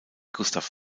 gustav